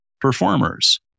performers